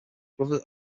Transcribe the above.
brother